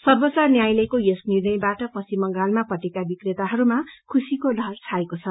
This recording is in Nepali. सर्वाच्च न्यायालयको यस निर्णयबाट पश्चिम बंगालमा पटेका विक्रेताहरूमा खुशीको लहर छाएको छ